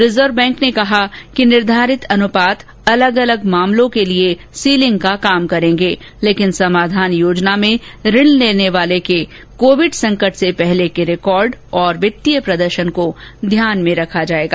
reserve bank ने कहा कि निर्धारित अनुपात अलग अलग मामलों के लिए सीलिंग का काम करेंगे लेकिन समाधान योजना में ऋण लेने वाले के कोविड संकट से पहले के रिकॉर्ड और वित्तीय प्रदर्शन को ध्यान में रखा जाएगा